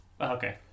Okay